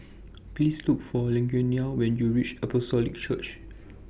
Please Look For Lugenia when YOU REACH Apostolic Church